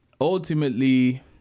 ultimately